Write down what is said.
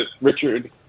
Richard